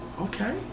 Okay